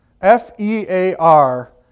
F-E-A-R